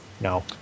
no